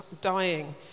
dying